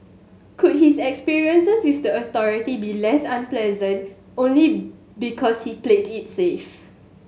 could his experiences with the authoritiy be less unpleasant only because he's played it safe